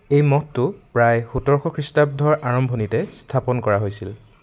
এই মঠটো প্ৰায় সোতৰশ খ্ৰীষ্টাব্দৰ আৰম্ভণিতে স্থাপন কৰা হৈছিল